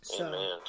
Amen